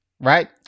right